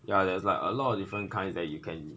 ya there's like a lot of different kinds that you can